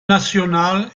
nacional